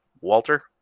Walter